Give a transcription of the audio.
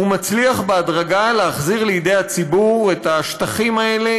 ומצליח בהדרגה להחזיר לידי הציבור את השטחים האלה,